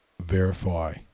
verify